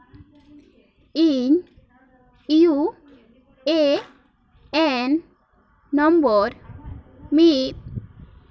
ᱤᱧ ᱤᱭᱩ ᱮ ᱮᱱ ᱱᱚᱢᱵᱚᱨ ᱢᱤᱫ